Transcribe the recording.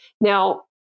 Now